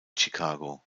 chicago